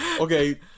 Okay